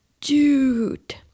dude